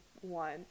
one